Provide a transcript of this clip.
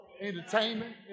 entertainment